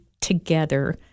together